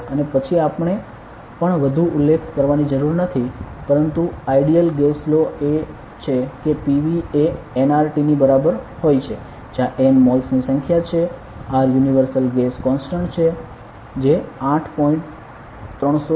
અને પછી આપણે પણ વધુ ઉલ્લેખ કરવાની જરૂર નથી પરંતુ આઇડિયલ ગેસ લો એ છે કે PV એ nRTની બરાબર હોય છે જ્યાં n મોલ્સ ની સંખ્યા છે R યુનિવર્સલ ગેસ કોન્સટન્ટ છે જે 8